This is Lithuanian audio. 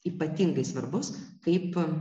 ypatingai svarbus kaip